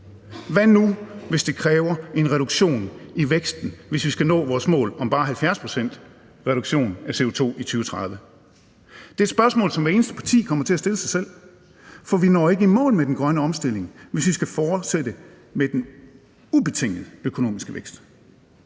Hvad nu, hvis det kræver en reduktion i væksten at nå vores mål om bare 70 pct.s reduktion af CO2 i 2030? Det er et spørgsmål, som hvert eneste parti kommer til at stille sig selv, for vi når ikke i mål med den grønne omstilling, hvis vi skal fortsætte med den ubetingede økonomiske vækst,